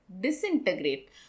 disintegrate